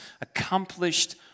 accomplished